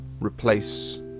replace